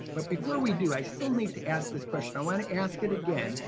but before we do, i still need to ask this question, i want to ask it again,